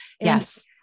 Yes